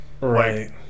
Right